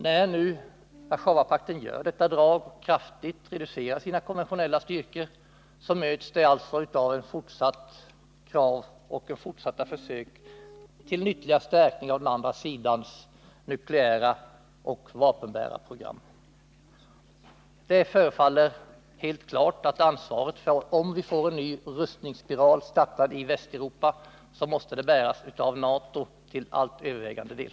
När nu Warszawapakten kraftigt reducerar sina konventionella styrkor, möts detta av fortsatta försök till en ytterligare stärkning av den andra sidans nukleära program. Om vi får en ny rustningsspiral startad i Västeuropa, måste skulden till detta bäras av NATO till allt övervägande del.